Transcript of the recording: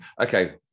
okay